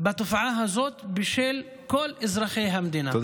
בתופעה הזאת בשביל כל אזרחי המדינה.